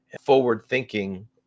forward-thinking